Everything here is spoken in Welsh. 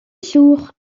llwch